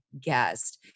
guest